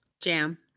Jam